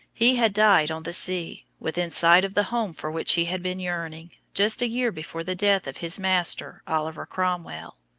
he had died on the sea, within sight of the home for which he had been yearning, just a year before the death of his master, oliver cromwell.